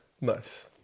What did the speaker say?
Nice